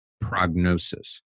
prognosis